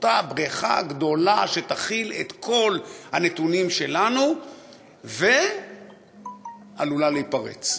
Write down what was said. אותה בריכה גדולה שתכיל את כל הנתונים שלנו ועלולה להיפרץ.